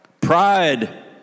Pride